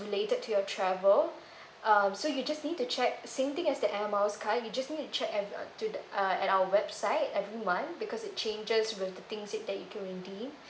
related to your travel uh so you just need to check same thing as the air miles card you just need to check at to uh at our website every month because it changes with the things that you can redeem